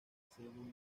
según